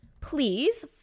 Please